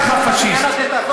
לך פאשיסט.